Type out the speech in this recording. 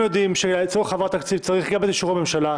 יודעים שלצורך העברת צריך גם את אישור הממשלה,